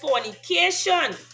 fornication